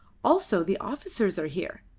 also the officers are here.